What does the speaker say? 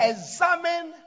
Examine